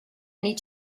need